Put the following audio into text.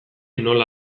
nola